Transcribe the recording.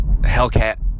Hellcat